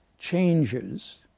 changes